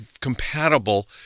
compatible